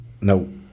No